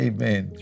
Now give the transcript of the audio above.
Amen